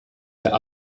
der